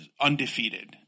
undefeated